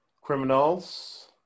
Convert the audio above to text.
criminals